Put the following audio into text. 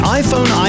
iPhone